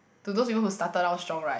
to those people who started out strong right